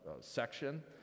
section